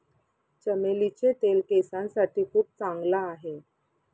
चमेलीचे तेल केसांसाठी खूप चांगला आहे